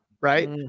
Right